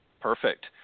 Perfect